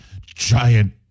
giant